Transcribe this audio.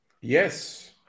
Yes